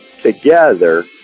together